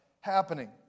happening